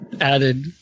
added